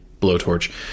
blowtorch